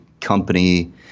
company